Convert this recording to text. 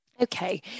okay